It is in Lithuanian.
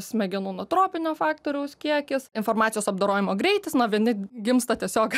smegenų nutropinio faktoriaus kiekis informacijos apdorojimo greitis na vieni gimsta tiesiog